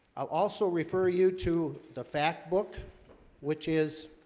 i'll also refer you to the fact book which is